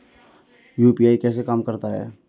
UPI कैसे काम करता है?